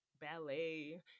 ballet